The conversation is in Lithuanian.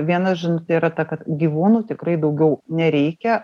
viena žinutė yra ta kad gyvūnų tikrai daugiau nereikia